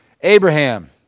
Abraham